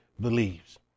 believes